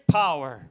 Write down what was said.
power